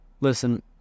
listen